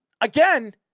Again